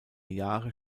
jahre